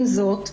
עם זאת,